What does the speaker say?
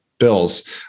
bills